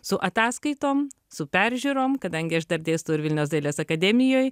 su ataskaitom su peržiūrom kadangi aš dar dėstau ir vilniaus dailės akademijoj